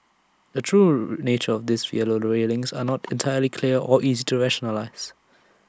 the true nature of these yellow railings are not entirely clear or easy to rationalise